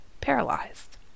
paralyzed